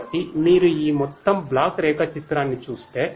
కాబట్టి మీరు ఈ మొత్తం బ్లాక్ రేఖాచిత్రాన్ని చూస్తే